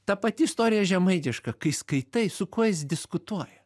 ta pati istorija žemaitiška kai skaitai su kuo jis diskutuoja